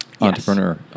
entrepreneur